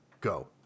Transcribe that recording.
go